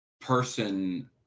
person